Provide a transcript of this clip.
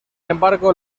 embargo